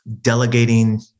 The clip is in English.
delegating